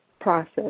process